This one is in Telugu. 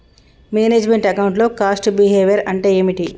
మేనేజ్ మెంట్ అకౌంట్ లో కాస్ట్ బిహేవియర్ అంటే ఏమిటి?